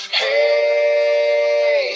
hey